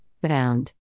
Bound